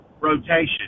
rotation